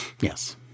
Yes